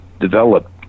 developed